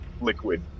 liquid